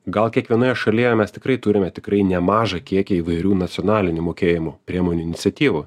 gal kiekvienoje šalyje mes tikrai turime tikrai nemažą kiekį įvairių nacionalinių mokėjimų priemonių iniciatyvų